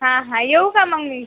हां हा येऊ का मग मी